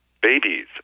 babies